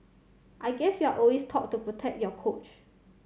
I guess you're always taught to protect your coach